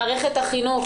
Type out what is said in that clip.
מערכת החינוך